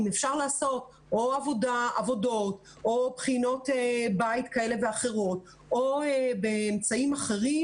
אם אפשר לעשות או עבודות או בחינות בית כאלה ואחרות או באמצעים אחרים.